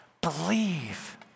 Believe